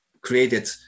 created